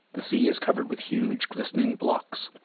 the sea is covered with huge, glistening blocks.